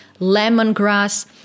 lemongrass